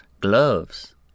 gloves